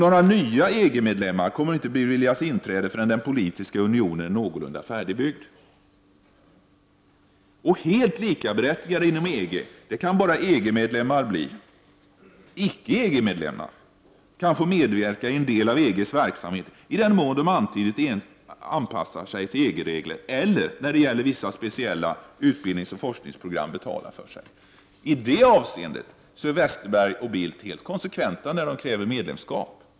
Några nya EG-medlemmar kommer inte att beviljas inträde förrän den politiska unionen är någorlunda färdigbyggd. Helt likaberättigade inom EG kan bara EG-medlemmar bli. De som icke är medlemmar kan få medverka i en del av EGs verksamhet i den mån de anpassar sig till EG-regler eller om de när det gäller vissa utbildningsoch forskningsprogram betalar för sig. I det avseendet är Bengt Westerberg och Carl Bildt helt konsekventa när de kräver medlemskap.